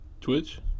Twitch